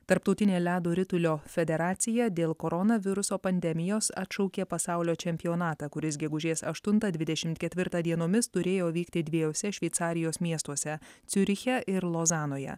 tarptautinė ledo ritulio federacija dėl koronaviruso pandemijos atšaukė pasaulio čempionatą kuris gegužės aštuntą dvidešimt ketvirtą dienomis turėjo vykti dviejose šveicarijos miestuose ciuriche ir lozanoje